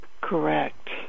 Correct